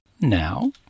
now